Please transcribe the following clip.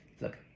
Look